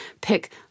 pick